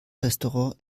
restaurant